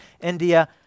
India